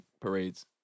parades